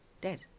dead